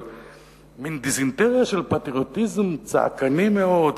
אבל מין דיזנטריה של פטריוטיזם צעקני מאוד,